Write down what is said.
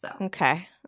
Okay